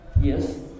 Yes